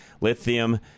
lithium